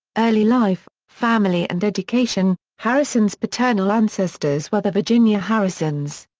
early life family and education harrison's paternal ancestors were the virginia harrisons.